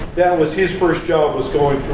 that was his first job was going